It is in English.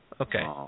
okay